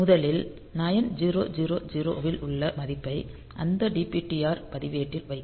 முதலில் 9000 வில் உள்ள மதிப்பை அந்த DPTR பதிவேட்டில் வைக்கும்